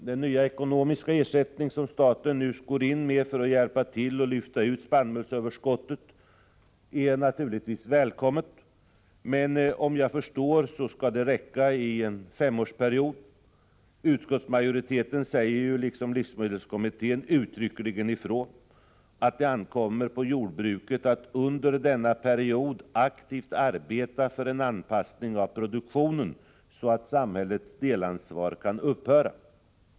Den nya ekonomiska ersättning som staten nu går in med för att hjälpa till att lyfta ut spannmålsöverskottet är naturligtvis välkommen, men såvitt jag förstår skall den bara räcka i fem år. Utskottsmajoriteten säger ju, liksom livsmedelskommittén, uttryckligen ifrån att det ”ankommer på jordbruket att under denna period aktivt arbeta för en anpassning av produktionen så att samhällets delansvar kan upphöra”.